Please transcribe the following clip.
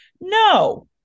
No